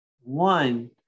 One